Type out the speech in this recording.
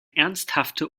ernsthafte